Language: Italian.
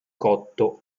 cotto